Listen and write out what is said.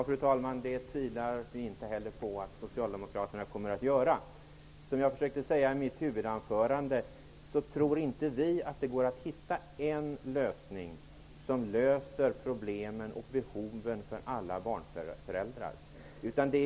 Fru talman! Det tvivlar vi inte på att Socialdemokraterna kommer att göra. Som jag försökte säga i mitt huvudanförande tror vi inte att det går att hitta en lösning som löser problemen och tillgodoser behoven för alla barnfamiljer.